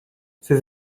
ses